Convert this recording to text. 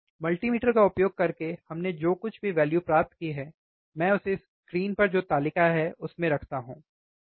multimeter का उपयोग करके हमने जो कुछ भी वैल्यु प्राप्त की है मैं उसे स्क्रीन पर जो तालिका है उसमें रखता हूं ठीक